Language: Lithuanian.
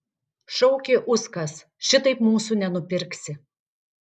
šaukė uskas šitaip mūsų nenupirksi